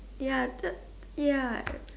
ya ya I am